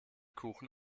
kuchen